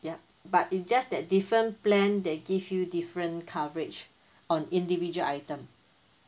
yup but it just that different plan they give you different coverage on individual item